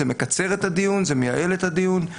זה מקצר את הדיון וזה מייעל את הדיון.